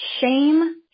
Shame